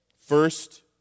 First